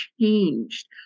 changed